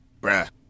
bruh